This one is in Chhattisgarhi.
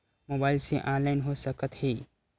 मोबाइल से ऑनलाइन हो सकत हे?